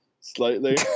slightly